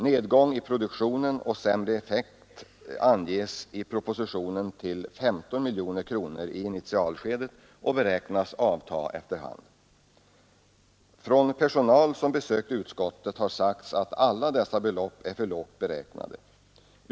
Nedgången i produktionen och sämre effektivitet uppskattas i propositionen till 15 miljoner kronor i initialskedet och beräknas avta efter hand. Personal som besökt utskottet har sagt att alla dessa belopp är för lågt beräknade.